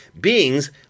Beings